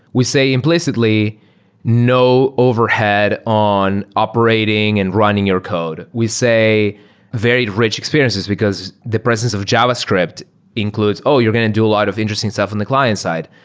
we say implicitly no overhead on operating and running your code. we say very rich experiences, because the presence of javascript includes, oh, you're going to do a lot of interesting stuff in the client side.